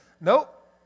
Nope